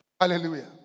Hallelujah